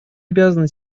обязаны